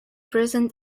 present